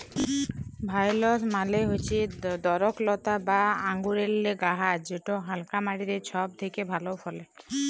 ভাইলস মালে হচ্যে দরখলতা বা আঙুরেল্লে গাহাচ যেট হালকা মাটিতে ছব থ্যাকে ভালো ফলে